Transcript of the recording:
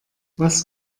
was